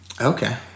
Okay